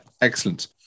excellent